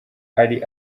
ari